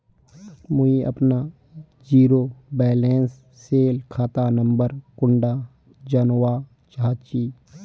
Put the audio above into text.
मुई अपना zero balance सेल खाता नंबर कुंडा जानवा चाहची?